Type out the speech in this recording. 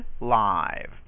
live